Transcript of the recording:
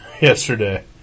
yesterday